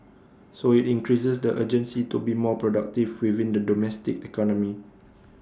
so IT increases the urgency to be more productive within the domestic economy